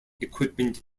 equipment